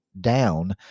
down